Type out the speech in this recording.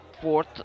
fourth